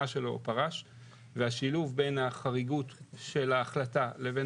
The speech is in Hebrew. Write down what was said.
שלו ופרש והשילוב בין החריגות של ההחלטה לבין